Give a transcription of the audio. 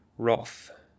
Wrath